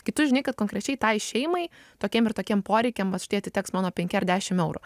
kai tu žinai kad konkrečiai tai šeimai tokiem ir tokiem poreikiam vat štai atiteks mano penki ar dešim eurų